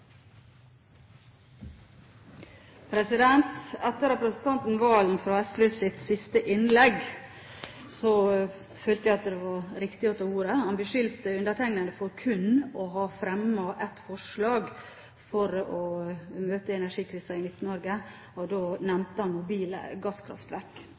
Etter representanten Serigstad Valen fra SV sitt siste innlegg følte jeg at det var riktig å ta ordet. Han beskyldte undertegnede for å ha fremmet kun ett forslag for å møte energikrisen i Midt-Norge, og da nevnte han mobile gasskraftverk.